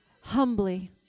humbly